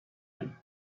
him